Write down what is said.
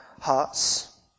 hearts